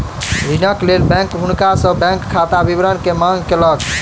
ऋणक लेल बैंक हुनका सॅ बैंक खाता विवरण के मांग केलक